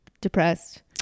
depressed